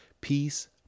peace